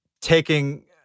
taking